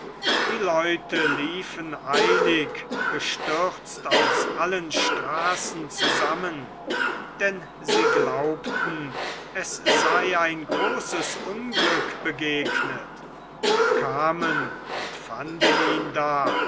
die leute liefen eilig bestürzt aus allen straßen zusammen denn sie glaubten es sei ein großes unglück begegnet kamen und fanden ihn da